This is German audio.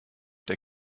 der